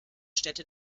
städte